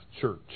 Church